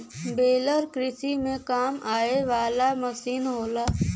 baler कृषि में काम आवे वाला मसीन होला